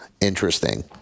interesting